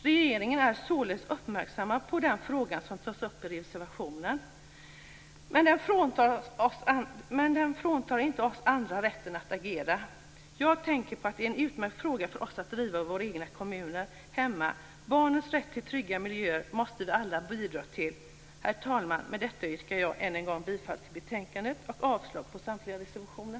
Regeringen är således uppmärksammad på den fråga som tas upp i reservationen, men det fråntar inte oss andra rätten att agera. Jag tänker på att detta är en utmärkt fråga för oss att driva i våra egna kommuner. Barns rätt till trygga miljöer måste vi alla bidra till. Herr talman! Med detta yrkar jag än en gång bifall till utskottets hemställan och avslag på samtliga reservationer.